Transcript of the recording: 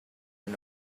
and